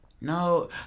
No